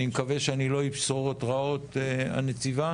אני מקווה שאני לא איש בשורות רעות, הנציבה,